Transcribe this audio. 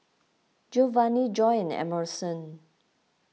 Giovani Joy and Emerson